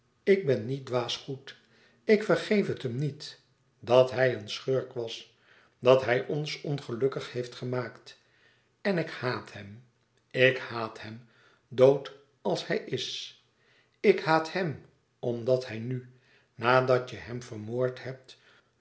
ik ben niet dwaas goed ik vergeef het hem niet dat hij een schurk was dat hij ons ongelukkig heeft gemaakt en ik haat hem ik haat hem dood als hij is ik haat hem omdat hij nu na dat je hem vermoord hebt